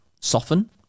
soften